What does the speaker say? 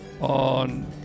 on